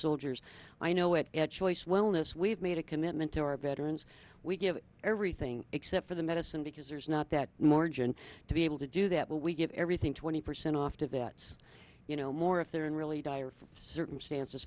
soldiers i know it at choice wellness we've made a commitment to our veterans we give everything except for the medicine because there's not that margin to be able to do that but we give everything twenty percent off to vets you know more if they're in really dire circumstances